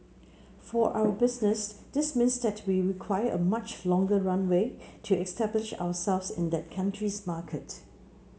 for our business this means that we require a much longer runway to establish ourselves in that country's market